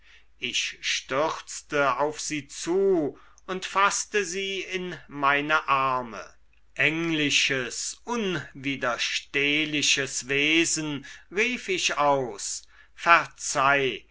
ich stürzte auf sie zu und faßte sie in meine arme englisches unwiderstehliches wesen rief ich aus verzeih